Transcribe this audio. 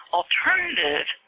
alternative